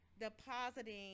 depositing